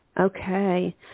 Okay